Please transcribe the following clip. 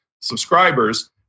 subscribers